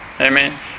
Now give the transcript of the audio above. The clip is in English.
Amen